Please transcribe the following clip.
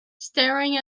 staring